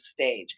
stage